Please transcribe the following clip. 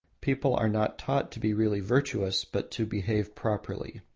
people are not taught to be really virtuous, but to behave properly.